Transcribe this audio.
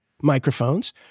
microphones